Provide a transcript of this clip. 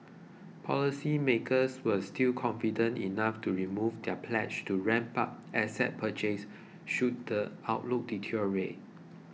policy makers were still confident enough to remove their pledge to ramp up asset purchases should the outlook deteriorate